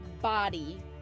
body